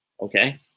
okay